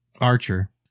Archer